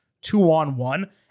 two-on-one